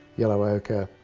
yellow ocher,